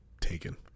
taken